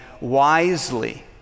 wisely